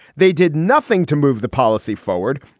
they did nothing to move the policy forward,